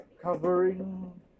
covering